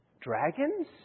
Dragons